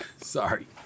Sorry